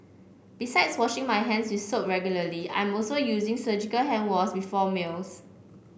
besides washing my hands with soap regularly I'm also using surgical hand wash before meals